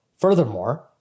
Furthermore